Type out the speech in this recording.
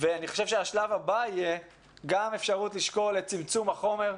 אני חושב שהשלב הבא צריך להיות אפשרות לצמצם את החומר.